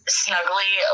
snuggly